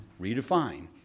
redefine